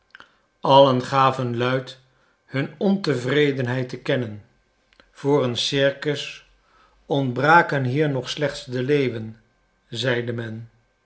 allen gaven luid hun ontevredenheid te kennen voor een circus ontbraken hier nog slechts de leeuwen zeide men